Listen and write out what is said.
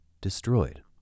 destroyed